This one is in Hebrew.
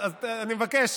אז אני מבקש,